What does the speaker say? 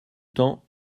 temps